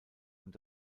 und